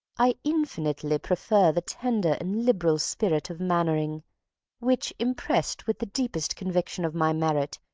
i infinitely prefer the tender and liberal spirit of mainwaring, which, impressed with the deepest conviction of my merit,